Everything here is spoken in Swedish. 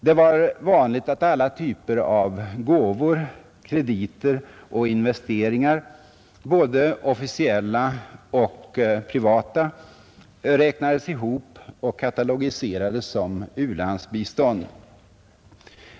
Det var vanligt att alla typer av gåvor, krediter och investeringar, både officiella och privata, räknades ihop och katalogiserades som u-landsbistånd.